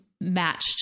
matched